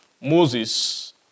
Moses